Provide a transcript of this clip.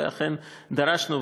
ואכן דרשנו,